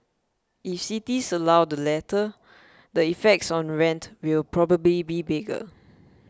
if cities allow the latter the effects on rents will probably be bigger